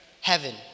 heaven